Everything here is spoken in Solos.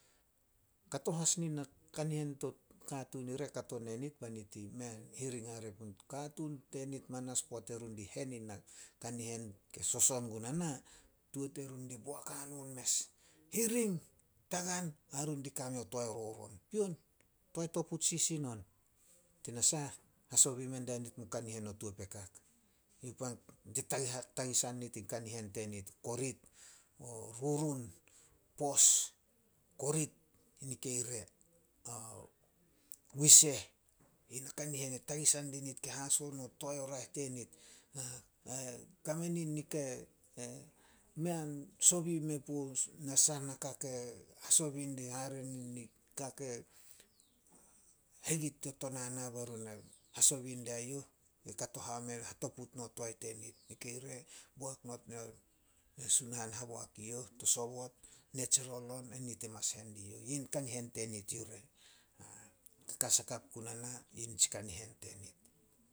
Kato as nin na nakanihen to katuun ire kato ne nit bai nit i mei a hiring hare punit o katuun tenit manas. Poat erun di hen i na kanihen ke soson guna na, tuo terun ri boak hanon mes, hiring, tagan ai run di kame o toae roron. Pion toae toput sisin on, tinasah hasobi mendia nit mun kanihen o tuo pekak. Te tagisan nit in kanihen tenit. Korit, o rurun, pos, korit yini kei re, ao wiseh. Yi nakanihen e tagisan dinit ke haso no toae o raeh tenit. Ai kame nin nikai mei a sobi me puh na sahanaka ke hasobi hare ni nika ke hegit do tonana bai run hasobi daiyouh, ke hatoput no toae tenit. Nikei re boak not meo Sunahan haboak i youh to sobot, natural on, enit e mas hen dieyouh. Yin kanihen tenit yu re. Kakas hakap guna na yi nitsi kanihen tenit.